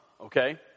Okay